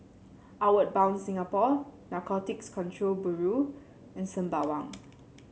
Outward Bound Singapore Narcotics Control Bureau and Sembawang